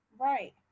Right